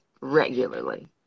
regularly